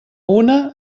una